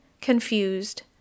confused